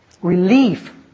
relief